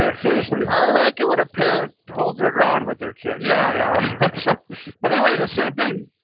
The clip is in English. ah seriously. i like it when a parent holds their ground with their kid. yeah yeah so but anyway, the same thing,